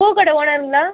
பூக்கடை ஓனருங்களா